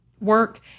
work